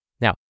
Now